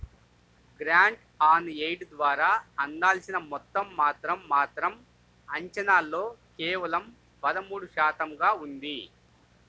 grant on aid ద్వారా అందాల్సిన మొత్తం మాత్రం మాత్రం అంచనాల్లో కేవలం పదమూడు శాతంగా ఉంది